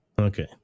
Okay